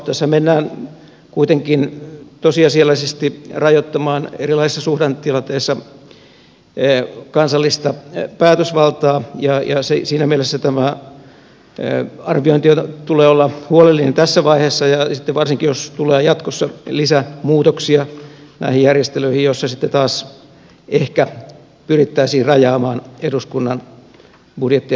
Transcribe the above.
tässä mennään kuitenkin tosiasiallisesti rajoittamaan erilaisissa suhdannetilanteissa kansallista päätösvaltaa ja siinä mielessä arvioinnin tulee olla huolellinen tässä vaiheessa ja varsinkin sitten jos näihin järjestelyihin tulee jatkossa lisämuutoksia joissa sitten taas ehkä pyrittäisiin rajaamaan eduskunnan budjetti ja finanssivaltaa